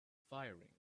firing